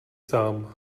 sám